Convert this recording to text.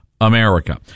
America